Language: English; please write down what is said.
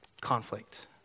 conflict